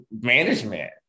management